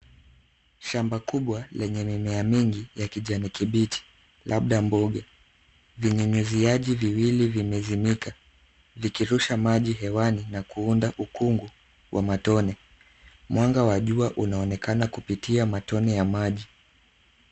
Shamba kubwa lenye mimea mingi ya kijani kibichi labda mboga. Vinyunyuziaji viwili vimezimika vikirusha maji hewani na kuunda ukungu wa matone. Mwanga wa jua unaonekana kupitia matone ya maji.